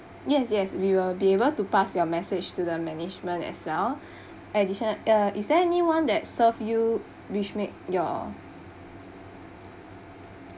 yes yes we will be able to pass your message to the management as well additional uh is there anyone that serve you which make your